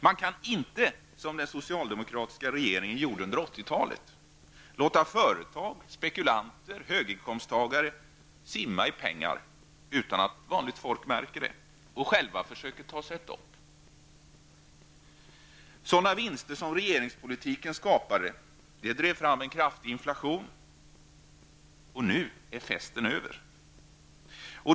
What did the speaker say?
Man kan inte, som den socialdemokratiska regeringen gjorde under 80-talet, låta företag, spekulanter och höginkomsttagare simma i pengar, utan att vanligt folk märker det och själva försöker ta sig ett dopp. Sådana vinster som regeringspolitiken skapade drev fram en kraftig inflation. Nu är festen över.